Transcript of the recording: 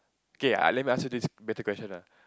K ah let me ask you this better question ah